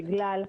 רם,